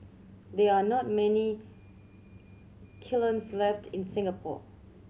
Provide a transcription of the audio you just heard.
there are not many kilns left in Singapore